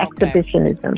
exhibitionism